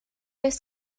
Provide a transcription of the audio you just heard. oes